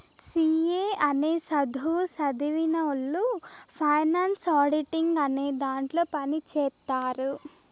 C A అనే సధువు సదివినవొళ్ళు ఫైనాన్స్ ఆడిటింగ్ అనే దాంట్లో పని చేత్తారు